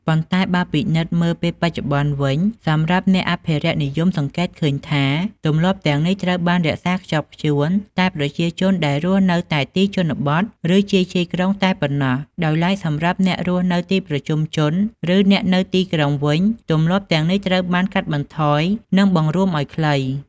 ប៉ុន្តែបើពិនិត្យមើលពេលបច្ចុប្បន្នវិញ សម្រាប់អ្នកអភិរក្សនិយមសង្កេតឃើញថា ទម្លាប់ទាំងនេះត្រូវបានរក្សាខ្ជាប់ខ្ជួនតែប្រជាជនដែលរស់តែទីជនបទ ឬជាយៗក្រុងតែប៉ុណ្ណោះ ដោយឡែកសម្រាប់អ្នករស់នៅទីប្រជុំជន ឬអ្នកនៅទីក្រុងវិញ ទម្លាប់ទាំងនេះត្រូវបានកាត់បន្ថយនិងបង្រួមឲ្យខ្លី។